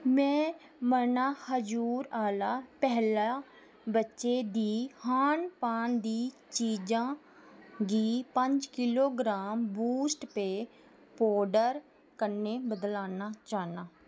में मना खजूर आह्ला पैह्ला बच्चें दी खान पीन दी चीजां गी पंज किलोग्राम बूस्ट पेय पाउडर कन्नै बदलाना चाह्न्नां